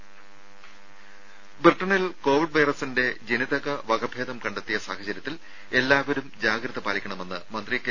രംഭ ബ്രിട്ടണിൽ കോവിഡ് വൈറസിന്റെ ജനിതക വകഭേദം കണ്ടെത്തിയ സാഹചര്യത്തിൽ എല്ലാവരും ജാഗ്രത പാലിക്കണമെന്ന് മന്ത്രി കെ